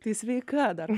tai sveika dar